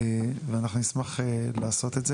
ואנחנו נשמח לעשות את זה.